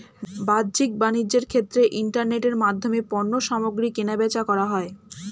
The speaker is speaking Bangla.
বাহ্যিক বাণিজ্যের ক্ষেত্রে ইন্টারনেটের মাধ্যমে পণ্যসামগ্রী কেনাবেচা করা হয়